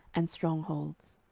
and strong holds.